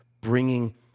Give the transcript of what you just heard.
bringing